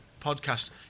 podcast